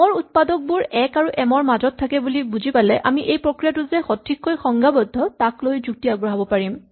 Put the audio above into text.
M ৰ উৎপাদকবোৰ ১ আৰু এম ৰ মাজত থাকে বুলি বুজি পালে আমি এই প্ৰক্ৰিয়াটো যে সঠিককৈ সংজ্ঞাবদ্ধ তাকলৈ যুক্তি আগবঢ়াব পাৰিম